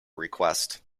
request